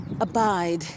abide